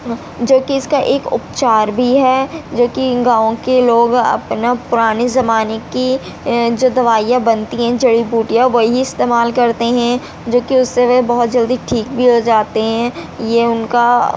جو کہ اس کا ایک اپچار بھی ہے جو کہ ان گاؤں کے لوگ اپنا پرانے زمانے کی جو دوائیاں بنتی ہیں جڑی بوٹیاں وہی استعمال کرتے ہیں جو کہ اس سے وہ بہت جلدی ٹھیک بھی ہو جاتے ہیں یہ ان کا